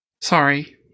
Sorry